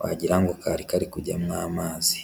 wagira ngo kari kari kujyamo amazi.